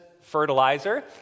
fertilizer